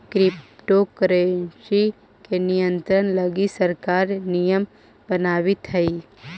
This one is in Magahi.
क्रिप्टो करेंसी के नियंत्रण लगी सरकार नियम बनावित हइ